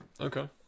Okay